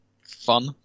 fun